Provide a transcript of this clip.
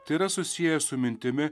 tai yra susiję su mintimi